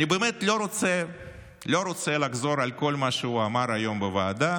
אני באמת לא רוצה לחזור על כל מה שהוא אמר היום בוועדה,